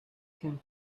can